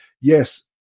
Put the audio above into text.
yes